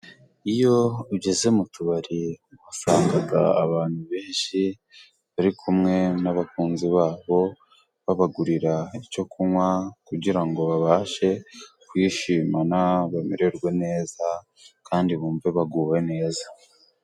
Iyo ugeze mu tubari usanga abantu benshi bari kumwe n'abakunzi babo babagurira icyo kunywa kugira ngo babashe kwishimana bamererwe neza kandi bumve baguwe neza.